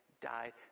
died